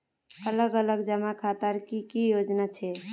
अलग अलग जमा खातार की की योजना छे?